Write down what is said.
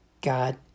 God